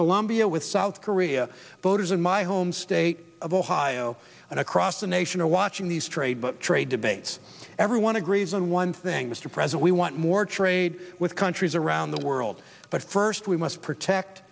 colombia with south korea voters in my home state of ohio and across the nation are watching these trade but trade debates everyone agrees on one thing mr present we want more trade with countries around the world but first we must protect